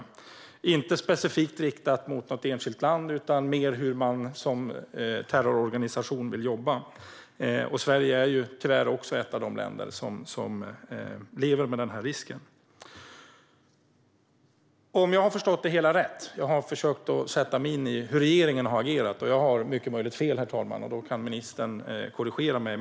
Det var inte specifikt riktat mot något enskilt land utan handlade mer om hur man som terrororganisation vill jobba. Sverige är tyvärr också ett av de länder som lever med denna risk. Jag har försökt sätta mig in i hur regeringen har agerat. Det är mycket möjligt att jag har fel, herr talman, och då kan ministern korrigera mig.